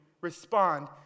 respond